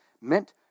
meant